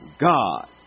God